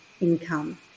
income